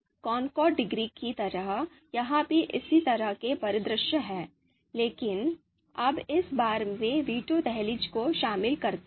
concord degree की तरह यहां भी इसी तरह के परिदृश्य हैं लेकिन अब इस बार वे वीटो दहलीज को शामिल करते हैं